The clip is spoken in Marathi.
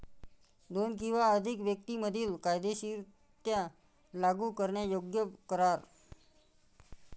दोन किंवा अधिक व्यक्तीं मधील कायदेशीररित्या लागू करण्यायोग्य करार